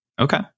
okay